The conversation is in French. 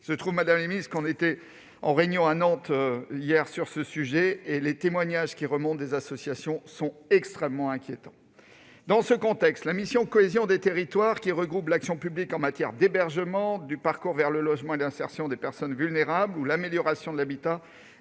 Il se trouve, madame la ministre, que nous nous sommes réunis à Nantes pour discuter de ces sujets. Les témoignages qui remontent des associations sont extrêmement inquiétants à cet égard. Dans ce contexte, la mission « Cohésion des territoires », qui regroupe l'action publique en matière d'hébergement, de parcours vers le logement et d'insertion des personnes vulnérables ou d'amélioration de l'habitat,